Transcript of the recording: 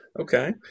Okay